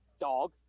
Dog